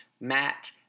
Matt